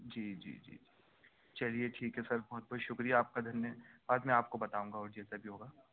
جی جی جی جی چلیے ٹھیک ہے سر بہت بہت شکریہ آپ کا دھینہ بعد میں آپ کو بتاؤں گا اور جیسا بھی ہوگا